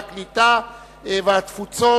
הקליטה והתפוצות,